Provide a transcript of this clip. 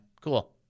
Cool